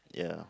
ya